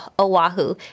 Oahu